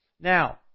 Now